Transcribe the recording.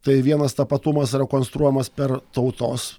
tai vienas tapatumas rekonstruojamas per tautos